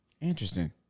Interesting